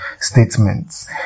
statements